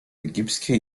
egipskie